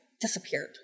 disappeared